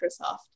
Microsoft